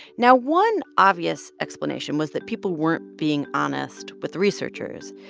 now, one obvious explanation was that people weren't being honest with researchers,